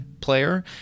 player